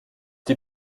die